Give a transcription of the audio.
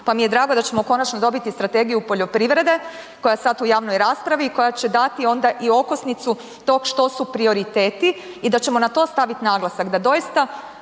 pa mi je drago da ćemo konačno dobiti strategiju poljoprivrede koja je sada u javnoj raspravi i koja će dati onda i okosnicu tog što su prioriteti i da ćemo na to staviti naglasak, da doista